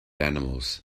animals